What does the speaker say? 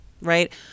Right